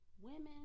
women